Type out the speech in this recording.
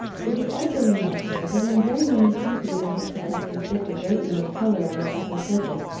it is also remarkable that in very many species in which the sexes differ greatly in colour on their upper surface,